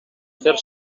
fer